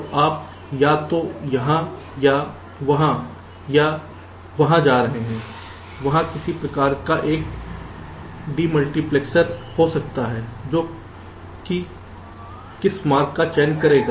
तो आप या तो यहाँ या वहाँ या वहाँ जा रहे हैं वहाँ किसी प्रकार का एक डीमुटीप्लेक्सर हो सकता है जो कि किस मार्ग का चयन करेगा